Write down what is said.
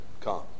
come